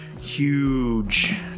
huge